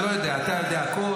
אני לא יודע, אתה יודע הכול.